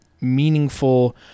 meaningful